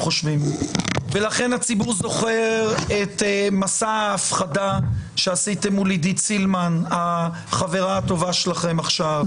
הציבור זוכר את מסע ההפחדה כנגד עידית סילמן החברה הטובה שלכם עכשיו,